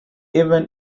even